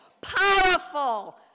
powerful